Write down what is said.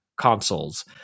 consoles